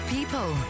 People